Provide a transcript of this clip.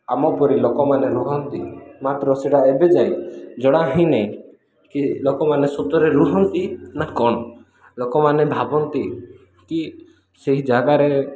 ଆମ ପରି ଲୋକମାନେ ରୁହନ୍ତି ମାତ୍ର ସେଇଟା ଏବେଯାଏଁ ଜଣା ହୋଇନାହିଁକି ଲୋକମାନେ ସତରେ ରୁହନ୍ତି ନା କ'ଣ ଲୋକମାନେ ଭାବନ୍ତି କି ସେହି ଜାଗାରେ